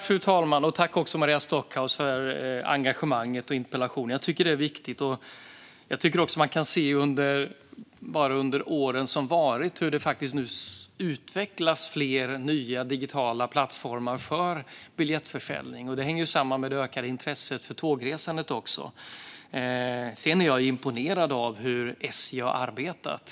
Fru talman! Tack, Maria Stockhaus, för engagemanget och interpellationen! Jag tycker att det är viktigt. Man kan se bara under åren som har varit hur det utvecklats fler nya digitala plattformar för biljettförsäljning. Det hänger samman med det ökade intresset för tågresandet. Sedan är jag imponerad av hur SJ har arbetat.